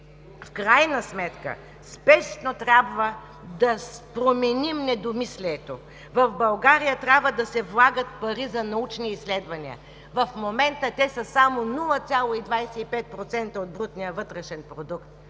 В крайна сметка спешно трябва да променим недомислието! В България трябва да се влагат пари за научни изследвания. В момента те са само 0,25% от брутния вътрешен продукт.